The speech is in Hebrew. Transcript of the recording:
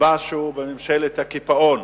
משהו בממשלת הקיפאון.